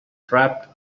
trapped